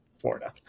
Florida